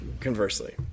conversely